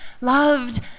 loved